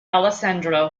alessandro